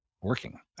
working